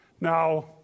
Now